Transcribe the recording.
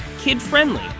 kid-friendly